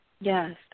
Yes